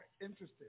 interesting